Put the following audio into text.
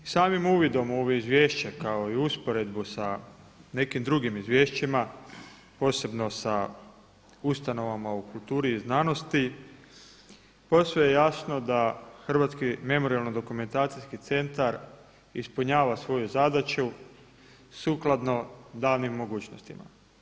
Naime, samim uvidom u ovo izvješće kao i usporedbu sa nekim drugim izvješćima posebno sa ustanovama u kulturi i znanosti posve je jasno da Hrvatski memorijalno-dokumentacijski centar ispunjava svoju zadaću sukladno danim mogućnostima.